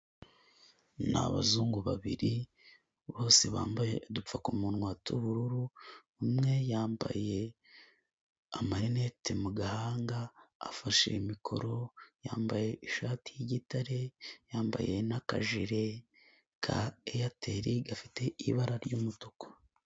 Ni abazungu babiri bose bambaye udupfukamunwa tw'ubururu, umwe yambaye amarinete mu gahanga, afashe mikoro, yambaye ishati y'igitare, yambaye n'akajire ka Airtel gafite ibara ry'umutuku.